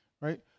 right